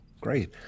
Great